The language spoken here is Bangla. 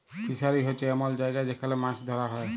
ফিসারি হছে এমল জায়গা যেখালে মাছ ধ্যরা হ্যয়